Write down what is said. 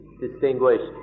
distinguished